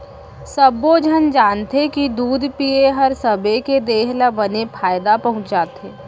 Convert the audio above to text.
सब्बो झन जानथें कि दूद पिए हर सबे के देह ल बने फायदा पहुँचाथे